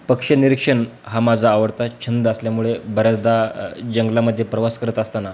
पक्षी निरीक्षण हा माझा आवडता छंद असल्यामुळे बऱ्याचदा जंगलामध्ये प्रवास करत असताना